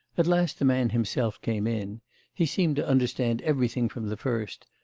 at last the man himself came in he seemed to understand everything from the first,